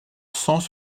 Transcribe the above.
sans